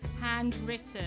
handwritten